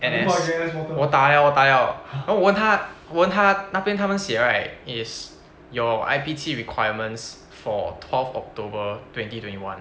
N_S 我打 liao 我打 liao 然后我问他我问他那边他们写 right is your I_P_T requirements for twelve october twenty twenty one